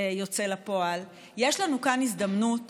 יוצא לפועל, יש לנו כאן הזדמנות